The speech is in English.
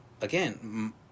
again